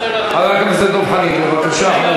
חבר הכנסת דב חנין, בבקשה.